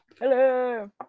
hello